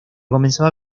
comenzaba